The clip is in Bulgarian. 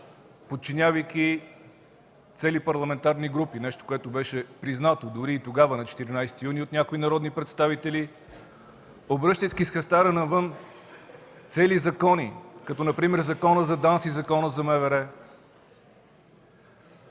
подчинявайки цели парламентарни групи – нещо, което беше признато дори и тогава, на 14 юни, от някои народни представители, обръщайки с хастара навън цели закони, като например Законът за ДАНС и Законът за МВР,